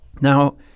Now